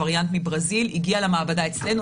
הווריאנט מברזיל הגיע למעבדה אצלנו,